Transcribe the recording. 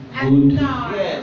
good